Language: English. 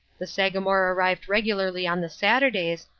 the sagamore arrived regularly on the saturdays,